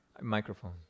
microphone